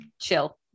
Chill